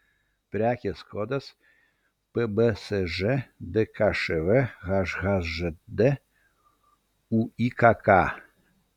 prekės kodas pbsž dkšv hhžd uykk